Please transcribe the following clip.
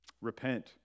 Repent